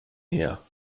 her